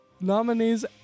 Nominee's